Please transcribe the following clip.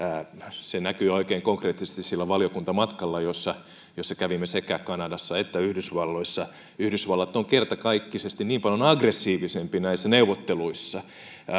se näkyi oikein konkreettisesti silloin valiokuntamatkalla kun kävimme sekä kanadassa että yhdysvalloissa yhdysvallat on kertakaikkisesti niin paljon aggressiivisempi näissä neuvotteluissa